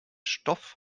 stoff